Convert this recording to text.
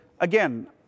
Again